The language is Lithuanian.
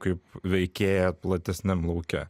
kaip veikėją platesniam lauke